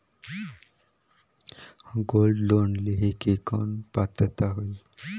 Gold loan लेहे के कौन पात्रता होएल?